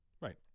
Right